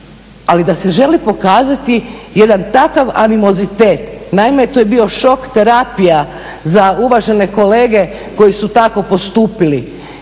ali da se želi pokazati jedan takav animozitet. Naime, to je bio šok terapija za uvažene kolege koji su tako postupili.